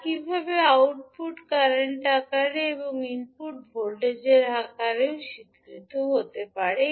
একইভাবে output current আকারে এবং ইনপুট ভোল্টেজের আকারে এটিও স্বীকৃত হতে পারে